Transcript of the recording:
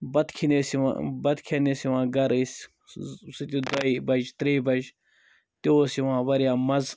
بَتہٕ کھیٚنہٕ ٲسۍ یِوان بَتہٕ کھیٚنہٕ ٲسۍ یِوان گھرٕ أسۍ سُہ تہِ دۄیہِ بَجہِ ترٛیٚیہِ بَجہٕ تہِ اوس یِوان واریاہ مَزٕ